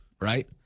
right